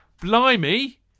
Blimey